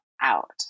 out